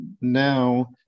now